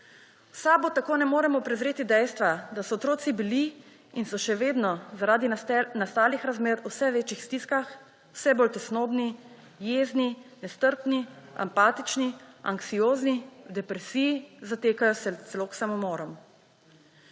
V SAB tako ne moremo prezreti dejstva, da so otroci bili in so še vedno zaradi nastalih razmer v vse večjih stiskah, vse bolj tesnobni, jezni, nestrpni, apatični, anksiozni, v depresiji, zatekajo se celo k samomorom.